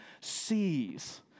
sees